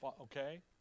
Okay